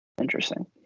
Interesting